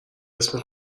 اسم